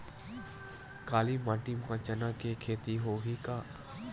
काली माटी म चना के खेती होही का?